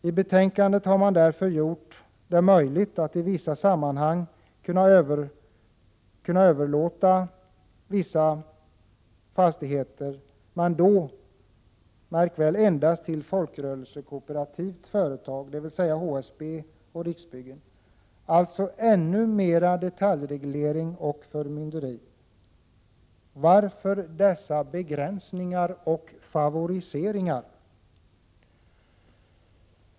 I betänkandet har man därför föreslagit att det skall bli möjligt att i vissa sammanhang göra en överlåtelse, men då endast till folkrörelsekooperativt företag, dvs. HSB och Riksbyggen. Det medför alltså ännu mera detaljreglering och förmynderi. Varför finns dessa begränsningar och favoriseringar?